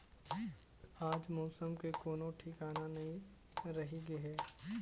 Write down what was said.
आज मउसम के कोनो ठिकाना नइ रहि गे हे